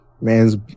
Man's